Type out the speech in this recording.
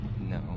No